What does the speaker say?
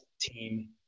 team